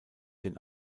den